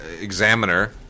Examiner